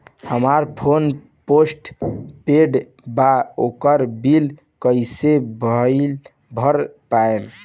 हमार phone post paid बा ओकर बिल कईसे भर पाएम?